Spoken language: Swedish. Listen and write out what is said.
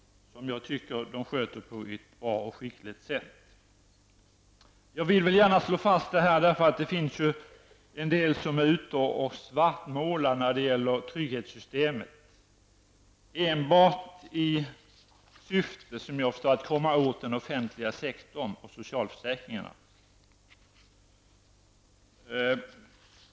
Jag tycker att försäkringskassorna skickligt sköter detta. Jag vill gärna slå fast det med tanke på att en del svartmålar trygghetssystemet i syfte, såvitt jag förstår, att komma åt den offentliga sektorn och socialförsäkringarna.